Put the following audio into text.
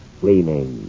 cleaning